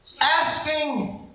asking